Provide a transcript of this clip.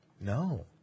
No